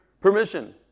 permission